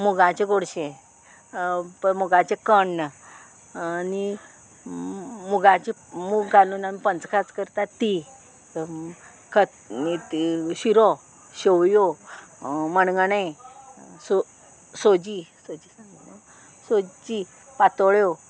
मुगाचे गोडशें मुगाचें कण्ण आनी मुगाची मुग घालून आमी पंचकाज करतात ती खत शिरो शेवयो मणगणें सो सोजी सोजी पातोळ्यो